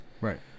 Right